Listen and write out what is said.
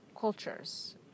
cultures